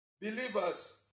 believers